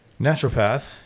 naturopath